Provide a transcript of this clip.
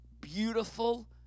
beautiful